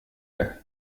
det